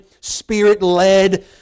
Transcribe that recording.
Spirit-led